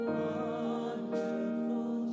wonderful